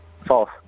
False